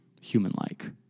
human-like